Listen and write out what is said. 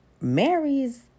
marries